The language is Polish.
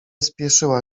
spieszyła